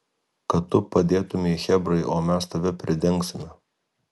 kad tu padėtumei chebrai o mes tave pridengsime